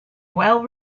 well